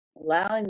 Allowing